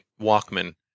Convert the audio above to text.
Walkman